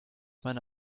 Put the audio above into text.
meine